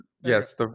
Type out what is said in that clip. Yes